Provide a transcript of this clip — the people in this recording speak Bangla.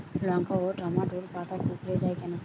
লঙ্কা ও টমেটোর পাতা কুঁকড়ে য়ায় কেন?